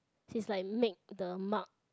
she's like make the mark